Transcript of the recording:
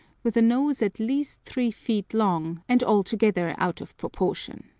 with a nose at least three feet long, and altogether out of proportion.